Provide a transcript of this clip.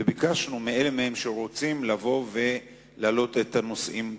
וביקשנו מאלה מהם שרוצים לבוא ולהעלות את הנושאים כאן.